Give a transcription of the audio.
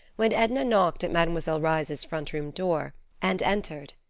when edna knocked at mademoiselle reisz's front room door and entered,